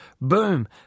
boom